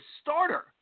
starter